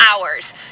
hours